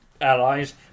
Allies